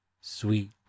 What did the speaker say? sweet